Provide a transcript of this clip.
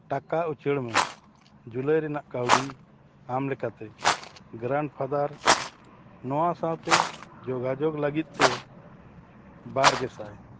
ᱴᱟᱠᱟ ᱩᱪᱟᱹᱲ ᱢᱮ ᱡᱩᱞᱟᱹᱭ ᱨᱮᱭᱟᱜ ᱠᱟᱹᱣᱰᱤ ᱟᱢ ᱞᱮᱠᱟᱛᱮ ᱜᱨᱮᱱᱰᱯᱷᱟᱫᱟᱨ ᱱᱚᱣᱟ ᱥᱟᱞᱟᱜ ᱛᱮ ᱡᱳᱜᱟᱡᱳᱜᱽ ᱞᱟᱹᱜᱤᱫ ᱛᱮ ᱵᱟᱨ ᱜᱮᱥᱟᱭ